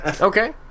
Okay